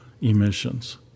emissions